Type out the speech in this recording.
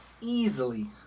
Easily